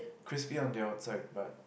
crispy on the outside but